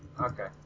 Okay